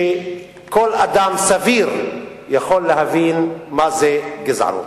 שכל אדם סביר יכול להבין מה זה גזענות.